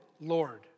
Lord